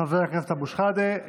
חבר הכנסת אבו שחאדה.